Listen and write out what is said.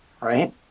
Right